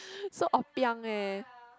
so obiang eh